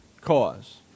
cause